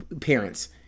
parents